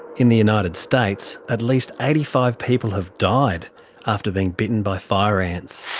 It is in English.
in the united states at least eighty five people have died after being bitten by fire ants.